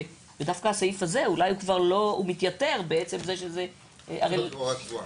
ודווקא הסעיף הזה אולי הוא מתייתר בעצם זה שזה --- זו הוראה קבועה.